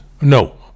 No